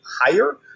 higher